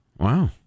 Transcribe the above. Wow